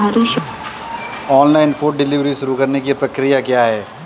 Online food delivery शुरू करने की प्रक्रिया क्या है?